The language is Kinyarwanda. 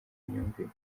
myumvire